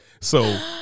So-